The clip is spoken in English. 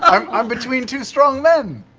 um i'm between two strong men.